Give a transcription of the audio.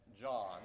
John